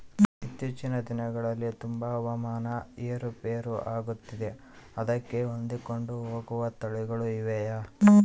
ಇತ್ತೇಚಿನ ದಿನಗಳಲ್ಲಿ ತುಂಬಾ ಹವಾಮಾನ ಏರು ಪೇರು ಆಗುತ್ತಿದೆ ಅದಕ್ಕೆ ಹೊಂದಿಕೊಂಡು ಹೋಗುವ ತಳಿಗಳು ಇವೆಯಾ?